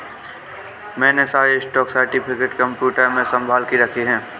मैंने सारे stock certificate computer में संभाल के रखे हैं